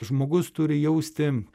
žmogus turi jausti